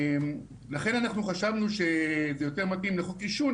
אנחנו חשבנו שזה יותר מתאים לחוק עישון,